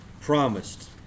promised